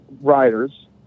riders